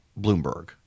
Bloomberg